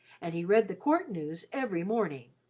and he read the court news every morning,